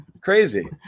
Crazy